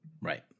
Right